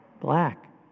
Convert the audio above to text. black